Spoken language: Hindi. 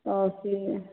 और फिर